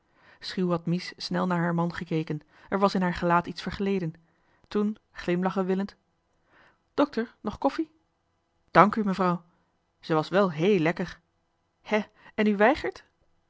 schuw had mies snel naar haar man gekeken er was in haar gelaat iets vergleden toen glimlachen willend dokter nog koffie dànk u mevrouw ze was wel héél lekker hè en u weigert